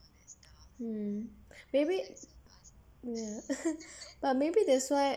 mm maybe mm but maybe that's why